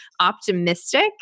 optimistic